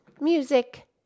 music